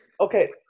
okay